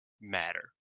matter